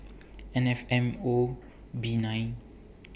N F M O B nine